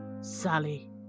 Sally